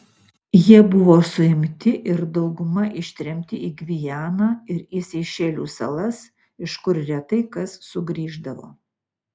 jie buvo suimti ir dauguma ištremti į gvianą ir į seišelių salas iš kur retai kas sugrįždavo